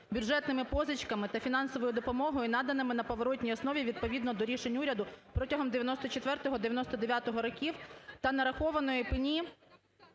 бюджетними позичками та фінансовою допомогою наданими на поворотній основі відповідно до рішень уряду протягом 1994-1999 років та нарахованої пені